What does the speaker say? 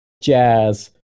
jazz